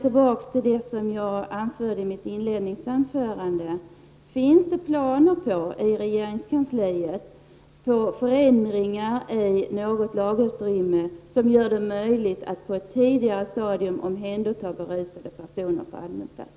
Tillbaka till det jag anförde i mitt inledningsanförande: Finns det planer i regeringskansliet på förändringar i något lagutrymme, som gör det möjligt att på ett tidigare stadium omhänderta berusade personer på allmän plats?